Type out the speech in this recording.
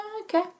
Okay